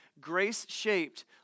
grace-shaped